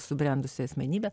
subrendusi asmenybė